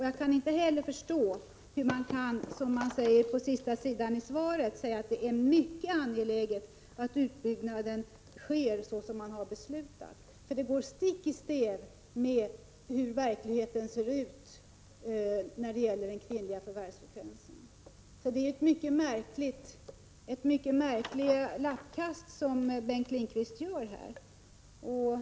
Jag kan inte heller förstå hur man kan, som man säger på sista sidan i svaret, påstå att det är mycket angeläget att utbyggnaden sker såsom man har beslutat. Det går stick i stäv med hur verkligheten ser ut när det gäller den kvinnliga förvärvsfrekvensen. Det är ett mycket märkligt lappkast Bengt Lindqvist gör här.